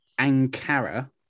Ankara